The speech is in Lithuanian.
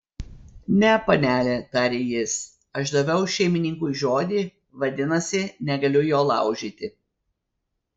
ne panele tarė jis aš daviau šeimininkui žodį vadinasi negaliu jo laužyti